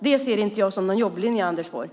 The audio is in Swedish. Det ser inte jag som någon jobblinje, Anders Borg.